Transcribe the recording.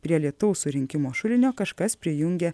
prie lietaus surinkimo šulinio kažkas prijungė